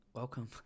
Welcome